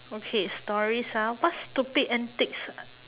okay stories ah what stupid antics